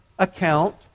account